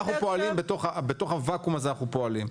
בתוך הוואקום הזה אנחנו פועלים,